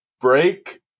Break